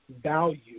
value